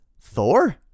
Thor